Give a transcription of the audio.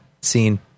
scene